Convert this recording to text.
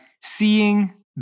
seeing